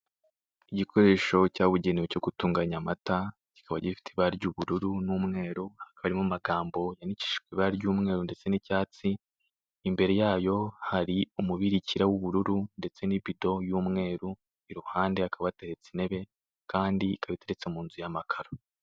Igikoresho cyabugenewe cyo gutanga amata, kikaba gifite ibara ry'ubururu n'umweru, hakaba harimo amagambo yandikishijwe ibara ry'umweru ndetse n'icyatsi. Imbere yayo hari umubirikira w'ubururu ndetse n'ibido y'umweru. Iruhande hakaba hateretse intebe, kandi ikaba iteretse mu nzu y'amakaro.